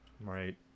Right